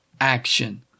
action